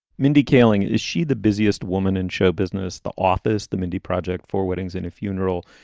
mindy kaling, is she the busiest woman in show business, the office, the mindy project, four weddings and a funeral.